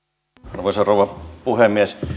arvoisa rouva puhemies